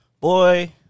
boy